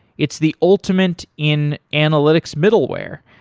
it's the ultimate in analytics middle ware.